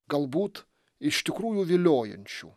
galbūt iš tikrųjų viliojančių